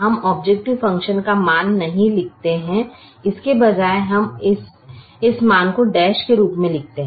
हम objective function का मान नहीं लिखते हैं इसके बजाय हम इस मान को डैश के रूप में रखते हैं